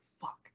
fuck